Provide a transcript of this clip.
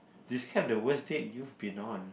describe the worst date you've been on